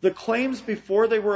the claims before they were